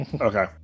Okay